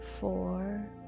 four